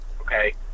Okay